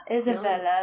Isabella